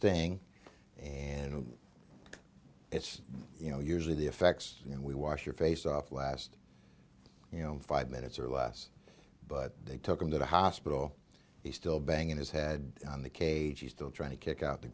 thing and it's you know usually the effects and we wash your face off last you know five minutes or less but they took him to the hospital he's still banging his head on the cage he's still trying to kick out the